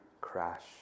crash